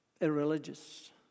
irreligious